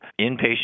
inpatient